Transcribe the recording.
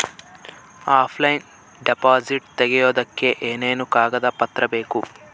Offline deposit ತೆಗಿಯೋದಕ್ಕೆ ಏನೇನು ಕಾಗದ ಪತ್ರ ಬೇಕು?